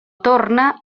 torna